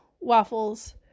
waffles